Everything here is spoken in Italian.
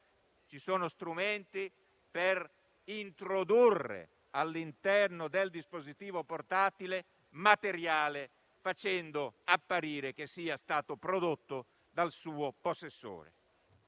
ci sono strumenti per introdurre all'interno del dispositivo portatile del materiale, facendolo apparire come prodotto dal suo possessore.